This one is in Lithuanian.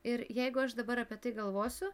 ir jeigu aš dabar apie tai galvosiu